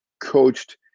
coached